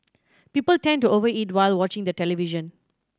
people tend to over eat while watching the television